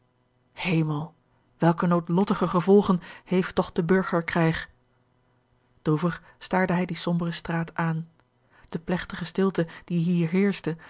hemel welke noodlottige gevolgen heeft toch de burgerkrijg droevig staarde hij die sombere straat aan de plegtige stilte die hier heerschte